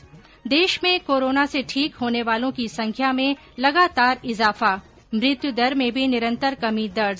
्देश में कोरोना से ठीक होने वालों की संख्या में लगातार इजाफा मृत्यु दर में भी निरन्तर कमी दर्ज